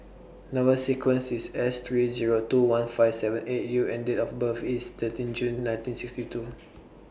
Number sequence IS S three Zero two one five seven eight U and Date of birth IS thirteen June nineteen sixty two